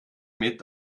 mit